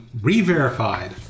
re-verified